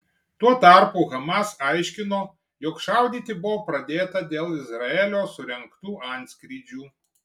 tuo tarpu hamas aiškino jog šaudyti buvo pradėta dėl izraelio surengtų antskrydžių